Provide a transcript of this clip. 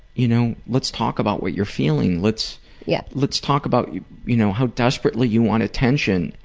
you know, let's talk about what you're feeling, let's yeah let's talk about, you you know, how desperately you want attention,